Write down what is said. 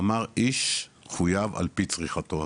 ואמר איש חויב על פי צריכתו,